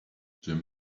jim